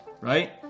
right